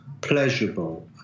pleasurable